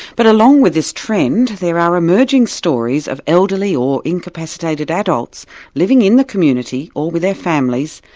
but along with this trend, there are emerging stories of elderly or incapacitated adults living in the community, or with their families,